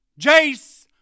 Jace